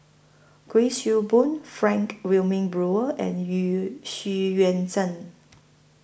Kuik Swee Boon Frank Wilmin Brewer and Xu Yuan Zhen